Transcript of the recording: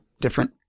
different